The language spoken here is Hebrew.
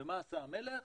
ומה עשה המלך?